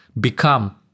become